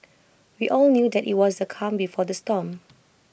we all knew that IT was the calm before the storm